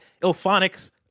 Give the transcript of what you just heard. Ilphonic's